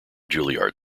juilliard